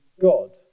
God